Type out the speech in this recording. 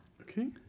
Okay